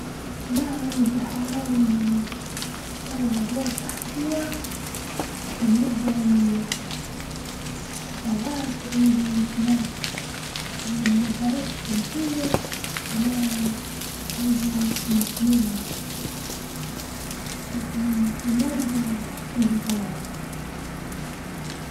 يعني عادة نشتغل حوالي من أربعين لخمسة وأربعين ساعة في الأسبوع بالنسبة للإجازات ناخد حوالي من أربعة خمس إجازات في السنة ناخد من خمسة وتسعين لت- لمية في الأسبوعين ساعات في العمل.